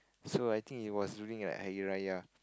so I think it was during like Hari Raya